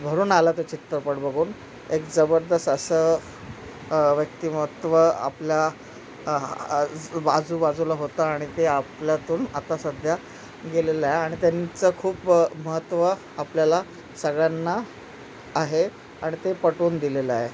भरून आलं ते चित्रपट बघून एक जबरदस्त असं व्यक्तिमत्त्व आपल्या आज आजूबाजूला होतं आणि ते आपल्यातून आता सध्या गेलेलं आहे आणि त्यांचं खूप महत्त्व आपल्याला सगळ्यांना आहे आणि ते पटवून दिलेलं आहे